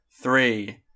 three